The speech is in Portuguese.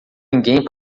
ninguém